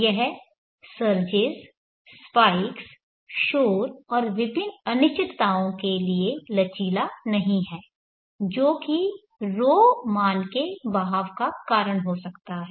यह surges spikes शोर और विभिन्न अनिश्चितताओं के लिए लचीला नहीं है जो कि ρ मान के बहाव का कारण हो सकता है